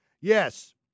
Yes